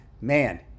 man